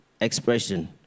expression